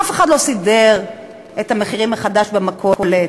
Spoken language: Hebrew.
אף אחד לא סידר את המחירים מחדש במכולת,